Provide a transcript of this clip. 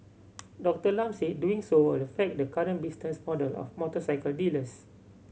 Doctor Lam said doing so will affect the current business model of motorcycle dealers